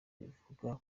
bivuga